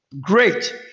great